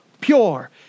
pure